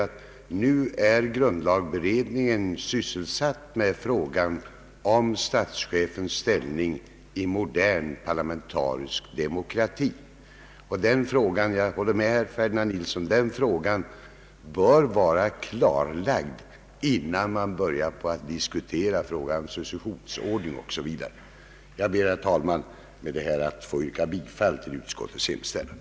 Jag kan säga att grundlagberedningen är sysselsatt med frågan om statschefens ställning i modern parlamentarisk demokrati, och jag håller med herr Ferdinand Nilsson om att den frågan bör vara klarlagd innan man börjar diskutera successionsordningen o.s.v. Jag ber, herr talman, att med detta få yrka bifall till utskottets hemställan.